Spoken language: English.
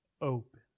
open